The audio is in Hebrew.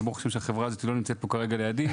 אז ברוך השם שהחברה הזאת לא נמצאת פה כרגע לידי,